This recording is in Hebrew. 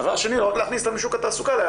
דבר שני לא רק להכניס אותן לשוק התעסוקה אלא גם